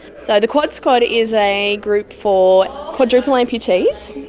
so the quad squad is a group for quadruple amputees,